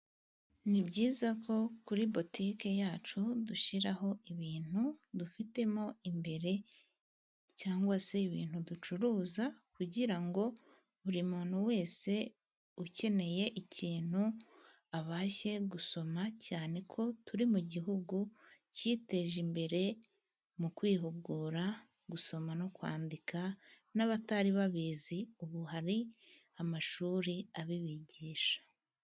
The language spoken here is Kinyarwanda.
Ni byiza ko kuri butike yacu, dushyiraho ibintu dufitemo imbere, cyangwa se ibintu ducuruza, kugira ngo buri muntu wese ukeneye ikintu, abashe gusoma cyane ko turi mu gihugu cyiteje imbere, mu kwihugura gusoma no kwandika. N'abatari babizi ubu hari amashuri abibigisha.